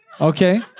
Okay